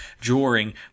drawing